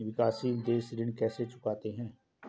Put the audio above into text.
विकाशसील देश ऋण कैसे चुकाते हैं?